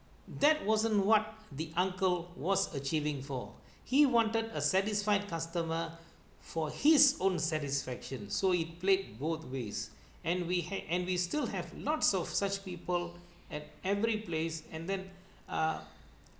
that wasn't what the uncle was achieving for he wanted a satisfied customer for his own satisfaction so it played both ways and we had and we still have not solved such people at every place and then uh